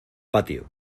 patio